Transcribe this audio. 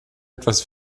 etwas